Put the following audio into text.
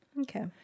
Okay